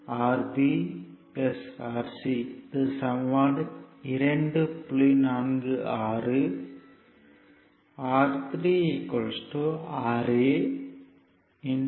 46 R3 Ra RbRa Rb Rc 2